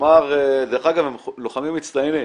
שאמר --- דרך אגב הם לוחמים מצטיינים,